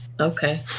okay